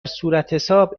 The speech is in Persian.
صورتحساب